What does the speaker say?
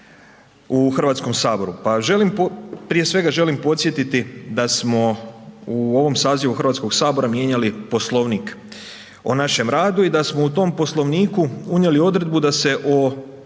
u Hrvatskom saboru. Pa želim, prije svega želim podsjetiti da smo u ovom sazivu Hrvatskog sabora mijenjali Poslovnik o našem radu i da smo u tom Poslovniku unijeli odredbu da se o